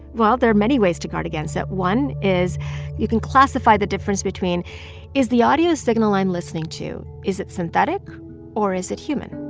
well, there are many ways to guard against it. one is you can classify the difference between is the audio signal i'm listening to is it synthetic or is it human?